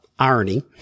Irony